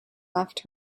left